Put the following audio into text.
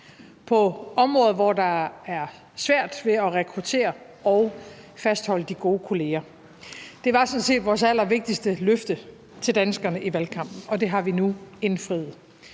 på områder, hvor det er svært at rekruttere og fastholde de gode kolleger. Det var sådan set vores allervigtigste løfte til danskerne i valgkampen, og det har vi nu indfriet.